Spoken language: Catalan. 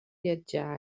viatjar